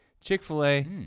Chick-fil-A